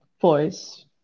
voice